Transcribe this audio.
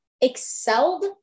excelled